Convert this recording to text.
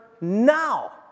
now